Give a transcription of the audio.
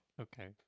Okay